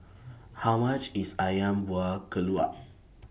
How much IS Ayam Buah Keluak